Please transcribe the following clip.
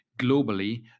globally